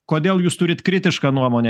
kodėl jūs turit kritišką nuomonę